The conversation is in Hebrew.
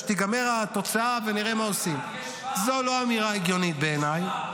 מה ההבדל --- זאת לא הבעיה שלך כשר.